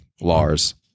Lars